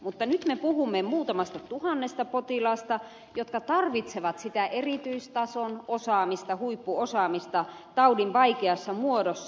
mutta nyt me puhumme muutamasta tuhannesta potilaasta jotka tarvitsevat sitä erityistason osaamista huippuosaamista taudin vaikeassa muodossa